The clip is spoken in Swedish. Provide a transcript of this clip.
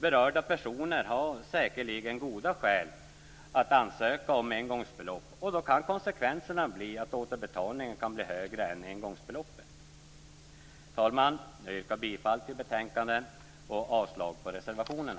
Berörda personer har säkerligen goda skäl att ansöka om engångsbelopp, och då kan konsekvensen bli att återbetalningen kan bli högre än engångsbeloppet. Herr talman! Jag yrkar bifall till hemställan i betänkandet och avslag på reservationerna.